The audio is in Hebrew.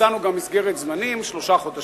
הצענו גם מסגרת זמנים,